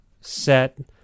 set